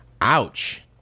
Ouch